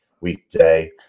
weekday